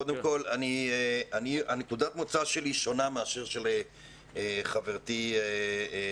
קודם כל נקודת המוצא שלי שונה מאשר של חברתי מיכל,